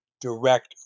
direct